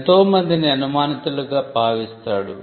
ఎంతోమందిని అనుమానితులుగా భావిస్తాడు